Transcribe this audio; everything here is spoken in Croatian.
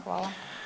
Hvala.